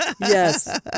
Yes